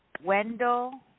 Wendell